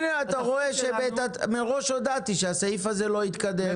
הנה אתה רואה שמראש הודעתי שהסעיף הזה לא יתקדם,